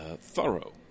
thorough